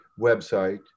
website